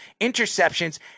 interceptions